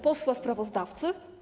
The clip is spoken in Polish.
Posłowi sprawozdawcy?